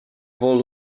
vault